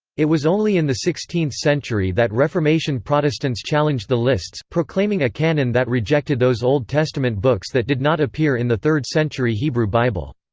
it was only in the sixteenth century that reformation protestants challenged the lists, proclaiming a canon that rejected those old testament books that did not appear in the third century hebrew bible.